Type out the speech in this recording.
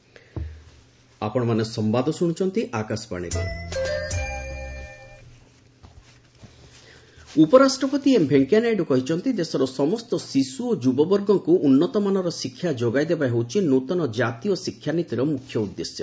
VP education policy ଉପରାଷ୍ଟ୍ରପତି M Venkaiah Naidu କହିଛନ୍ତି ଦେଶର ସମସ୍ତ ଶିଶୁ ଓ ଯୁବବର୍ଗଙ୍କୁ ଉନ୍ନତମାନର ଶିକ୍ଷା ଯୋଗାଇ ଦେବା ହେଉଛି ନୃତନ ଜାତୀୟ ଶିକ୍ଷାନୀତିର ମୁଖ୍ୟ ଉଦ୍ଦେଶ୍ୟ